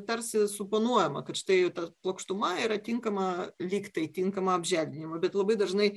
tarsi suponuojama kad štai ta plokštuma yra tinkama lyg tai tinkama apželdinimui bet labai dažnai